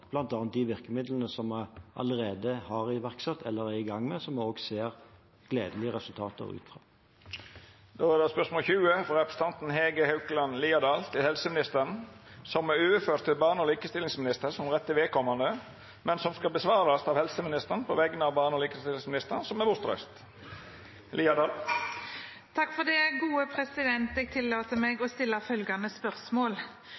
de virkemidlene vi allerede har iverksatt eller er i gang med, og som vi også ser gledelige resultater av. Dette spørsmålet, frå representanten Hege Haukeland Liadal til helseministeren, er overført til barne- og likestillingsministeren som rette vedkomande, men vil verta svara på av helseministeren på vegner av barne- og likestillingsministeren, som er